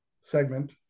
segment